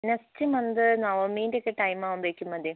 next month നവമീൻ്റെയൊക്കെ ടൈമാകുമ്പോഴേക്കും മതിയോ